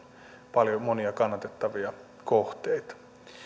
paljon monia kannatettavia kohteita